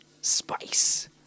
spice